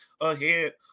ahead